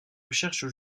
recherches